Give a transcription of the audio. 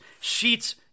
Sheets